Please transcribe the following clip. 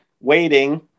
waiting